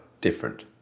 different